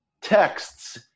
texts